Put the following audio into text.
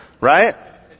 right